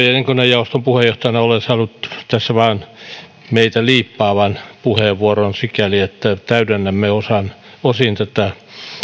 ja elinkeinojaoston puheenjohtajana olen saanut tässä vähän meitä liippaavan puheenvuoron sikäli että täydennämme osin tätä